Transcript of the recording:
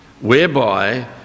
whereby